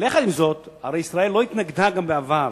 יחד עם זאת, הרי ישראל לא התנגדה גם בעבר